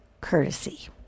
courtesy